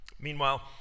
Meanwhile